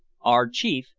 our chief,